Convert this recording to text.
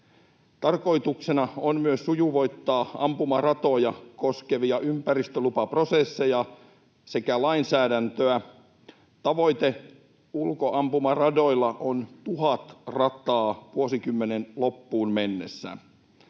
Tarkoituksena on myös sujuvoittaa ampumaratoja koskevia ympäristölupaprosesseja sekä lainsäädäntöä. Tavoite ulkoampumaradoilla on tuhat rataa vuosikymmenen loppuun mennessä.